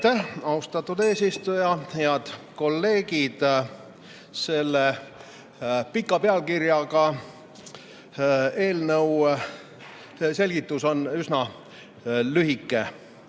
Austatud eesistuja! Head kolleegid! Selle pika pealkirjaga eelnõu selgitus on üsna lühike.